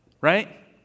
right